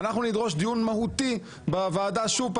אנחנו נדרוש דיון מהותי בוועדה שוב,